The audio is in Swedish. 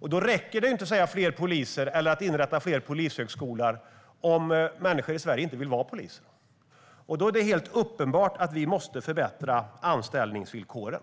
Om människor i Sverige inte vill vara poliser räcker det inte att tala om fler poliser eller att inrätta fler polishögskolor. Då är det helt uppenbart att vi måste förbättra anställningsvillkoren.